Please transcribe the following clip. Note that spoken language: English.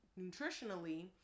nutritionally